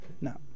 No